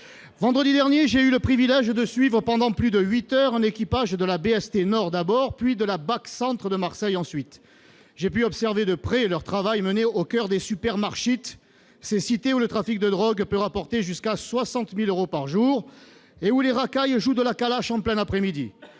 Vendredi dernier, j'ai eu le privilège de suivre, pendant plus de huit heures, un équipage de la BST nord, puis de la BAC centre de Marseille. J'ai pu observer de près leur travail au coeur des « supermarshits », ces cités où le trafic de drogue peut rapporter jusqu'à 60 000 euros par jour et où les racailles jouent de la Kalach en plein après-midi.